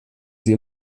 sie